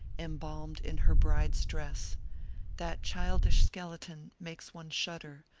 embalmed in her bride's dress that childish skeleton makes one shudder,